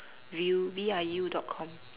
VIU V I U dot com